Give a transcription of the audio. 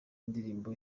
indirimbo